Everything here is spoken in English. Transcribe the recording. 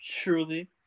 Truly